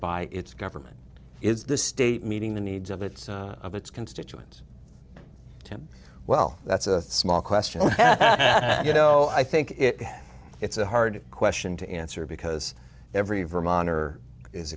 by its government is the state meeting the needs of its of its constituent jim well that's a small question you know i think it's a hard question to answer because every vermonter is